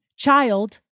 Child